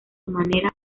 manera